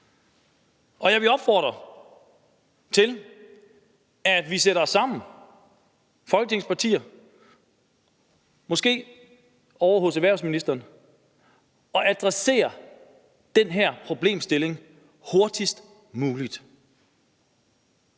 Og jeg vil opfordre til, at vi sætter os sammen – Folketingets partier – måske ovre hos erhvervsministeren og adresserer den her problemstilling hurtigst muligt.